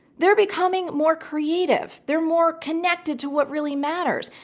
they're becoming more creative, they're more connected to what really matters.